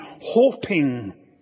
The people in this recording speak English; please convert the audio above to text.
hoping